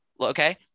okay